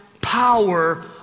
power